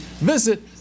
visit